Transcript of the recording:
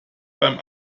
beim